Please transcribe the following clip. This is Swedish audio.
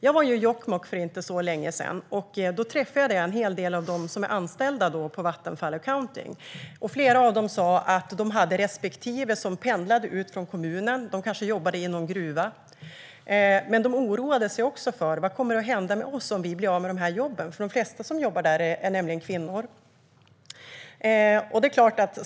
Jag var i Jokkmokk för inte så länge sedan, och då träffade jag en hel del av dem som är anställda på Vattenfall Accounting. Flera av dem sa att de har respektive som pendlar ut från kommunen - de kanske jobbar i någon gruva - och att de oroar sig för vad som kommer att hända om de blir av med jobben. De flesta som jobbar där är kvinnor.